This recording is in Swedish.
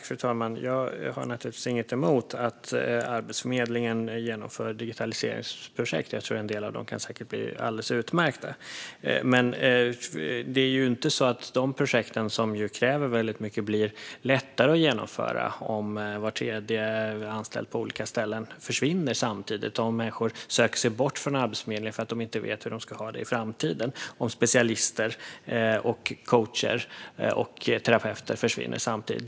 Fru talman! Jag har naturligtvis inget emot att Arbetsförmedlingen genomför digitaliseringsprojekt. En del av dem kan säkert bli alldeles utmärkta. Men de projekten, som kräver väldigt mycket, blir ju inte lättare att genomföra om var tredje anställd på olika ställen försvinner samtidigt och om människor söker sig bort från Arbetsförmedlingen därför att de inte vet hur det blir i framtiden om specialister, coacher och terapeuter försvinner samtidigt.